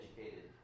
educated